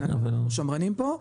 כן אנחנו שמרנים פה,